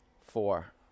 four